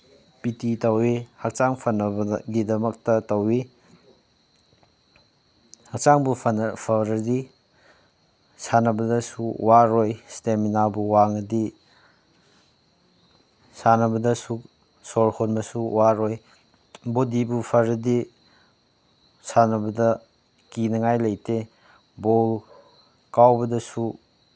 ꯄꯤ T ꯇꯧꯋꯤ ꯍꯛꯆꯥꯡ ꯐꯅꯕꯗꯒꯤꯗꯃꯛꯇ ꯇꯧꯋꯤ ꯍꯛꯆꯥꯡꯕꯨ ꯐꯔꯗꯤ ꯁꯥꯟꯅꯕꯗꯁꯨ ꯋꯥꯔꯣꯏ ꯏꯁꯇꯦꯃꯤꯅꯥꯕꯨ ꯋꯥꯡꯉꯗꯤ ꯁꯥꯟꯅꯕꯗꯁꯨ ꯁꯣꯔ ꯍꯣꯟꯕꯁꯨ ꯋꯥꯔꯣꯏ ꯕꯣꯗꯤꯕꯨ ꯐꯔꯗꯤ ꯁꯥꯟꯅꯕꯗ ꯀꯤꯅꯉꯥꯏ ꯂꯩꯇꯦ ꯕꯣꯜ ꯀꯥꯎꯕꯗꯁꯨ